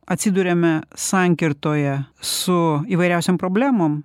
atsiduriame sankirtoje su įvairiausiom problemom